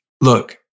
look